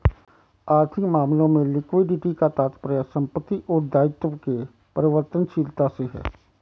आर्थिक मामलों में लिक्विडिटी का तात्पर्य संपत्ति और दायित्व के परिवर्तनशीलता से है